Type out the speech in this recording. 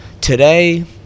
today